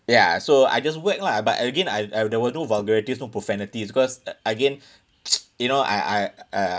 ya so I just whack lah but again I uh there were no vulgarities no profanities because a~ again you know I I I uh